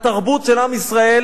התרבות של עם ישראל